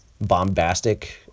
bombastic